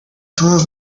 todas